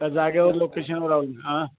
का जागेवर लोकेशनवर आ